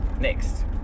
Next